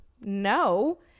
No